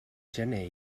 gener